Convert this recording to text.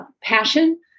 passion